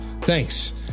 Thanks